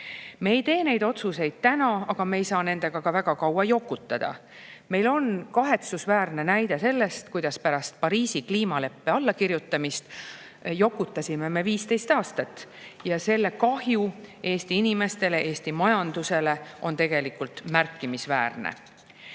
Me ei tee neid otsuseid täna, aga me ei saa nendega ka väga kaua jokutada. Meil on kahetsusväärne näide, kuidas pärast Pariisi kliimaleppele alla kirjutamist me jokutasime 15 aastat, ja selle kahju Eesti inimestele, Eesti majandusele on märkimisväärne.